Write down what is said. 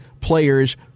players